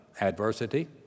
Adversity